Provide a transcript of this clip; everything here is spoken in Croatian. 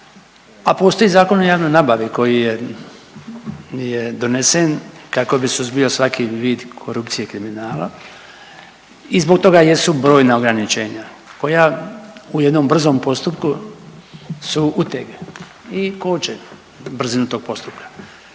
a postoji Zakon o javnoj nabavi koji je donesen kako bi suzbio svaki vid korupcije i kriminala i zbog toga jesu brojna ograničenja koja u jednom brzom postupku su uteg i koče brzinu tog postupka.